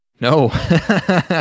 No